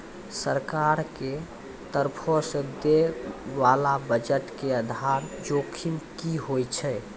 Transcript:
सरकार के तरफो से दै बाला बजट के आधार जोखिम कि होय छै?